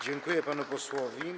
Dziękuję panu posłowi.